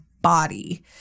body